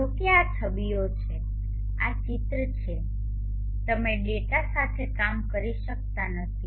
જો કે આ છબીઓ છે આ ચિત્રો છે તમે ડેટા સાથે કામ કરી શકતા નથી